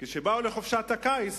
כשבאו לחופשת הקיץ